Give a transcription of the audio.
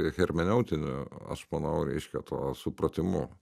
hermeneutiniu aš manau reiškia tuo supratimu